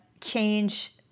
change